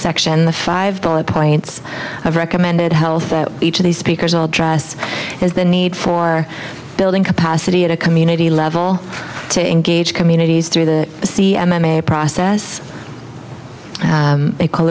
section the five bullet points of recommended health that each of the speakers will address is the need for building capacity at a community level to engage communities through the c m m a process they call